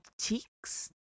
Cheeks